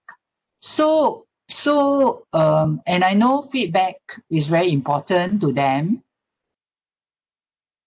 so so um and I know feedback is very important to them